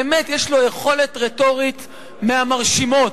באמת יש לו יכולת רטורית מהמרשימות,